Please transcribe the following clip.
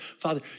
Father